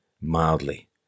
mildly